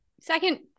Second